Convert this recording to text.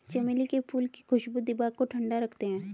चमेली के फूल की खुशबू दिमाग को ठंडा रखते हैं